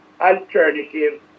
alternative